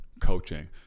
coaching